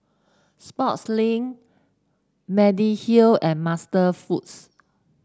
Sportslink Mediheal and MasterFoods